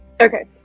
okay